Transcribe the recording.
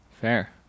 Fair